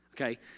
Okay